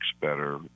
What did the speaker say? better